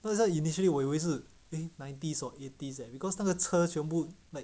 cause this [one] initially 我以为是 eh nineties or eighties leh because 那个车全部 like